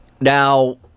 Now